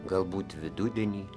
galbūt vidudienį